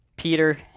Peter